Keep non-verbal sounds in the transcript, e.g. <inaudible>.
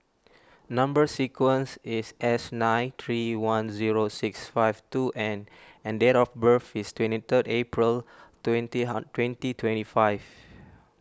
Number Sequence is S nine three one zero six five two N and date of birth is twenty third April twenty <unintelligible> twenty twenty five